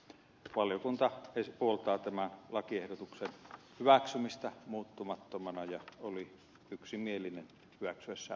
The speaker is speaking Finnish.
valiokunta puoltaa tämän lakiehdotuksen hyväksymistä muuttumattomana ja oli yksimielinen hyväksyessään mietinnön